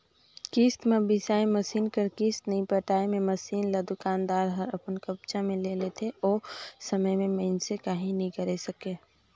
किस्ती म बिसाए मसीन कर किस्त नइ पटाए मे मसीन ल दुकानदार हर अपन कब्जा मे ले लेथे ओ समे में मइनसे काहीं नी करे सकें